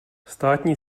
státní